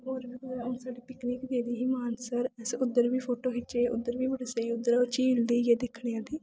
होर बी अस पिकनिक गेदे हे मानसर असें उद्धर बी फोटो खिच्चे उद्धर बी बड़ी स्हेई झील जेही ऐ दिक्खने गी